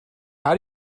how